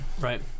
right